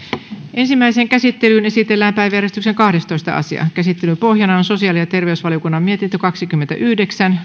ensimmäiseen käsittelyyn esitellään päiväjärjestyksen kahdestoista asia käsittelyn pohjana on sosiaali ja terveysvaliokunnan mietintö kaksikymmentäyhdeksän